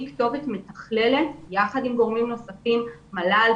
כתובת מתכללת יחד עם גורמים נוספים כמו מל"ל,